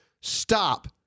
stop